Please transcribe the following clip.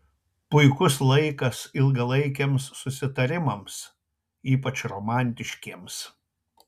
puikus laikas ilgalaikiams susitarimams ypač romantiškiems